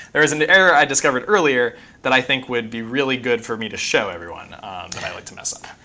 there is an error i discovered earlier that i think would be really good for me to show everyone that i like to mess up.